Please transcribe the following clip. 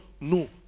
no